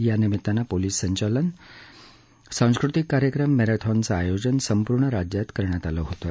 या निमित्तानं पोलीस संचालन सांस्कृतिक कार्यक्रम मर्ष्कॉनच आयोजन संपूर्ण राज्यात केलं होतं